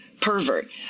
pervert